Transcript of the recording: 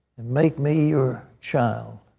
and make me your child.